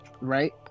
right